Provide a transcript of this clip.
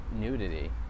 nudity